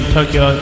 Tokyo